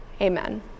Amen